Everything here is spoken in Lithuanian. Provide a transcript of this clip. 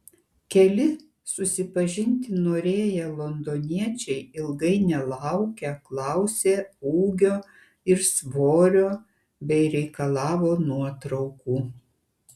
keli susipažinti norėję londoniečiai ilgai nelaukę klausė ūgio ir svorio bei reikalavo nuotraukų